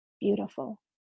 beautiful